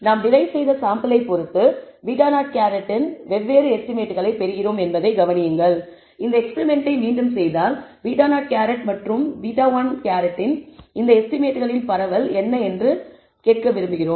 நாம் டெரிவ் செய்த சாம்பிளை பொறுத்து β̂₀ இன் வெல்வேறு எஸ்டிமேட்களைப் பெறுகிறோம் என்பதைக் கவனியுங்கள் எனவே இந்த எக்ஸ்பிரிமெண்ட்டை மீண்டும் செய்தால் β̂₀ மற்றும் β̂1 இன் இந்த எஸ்டிமேட்களின் பரவல் என்ன என்று கேட்க விரும்புகிறோம்